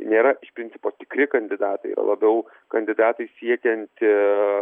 nėra iš principo tikri kandidatai yra labiau kandidatai siekianti